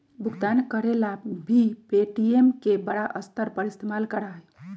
भुगतान करे ला भी पे.टी.एम के बड़ा स्तर पर इस्तेमाल करा हई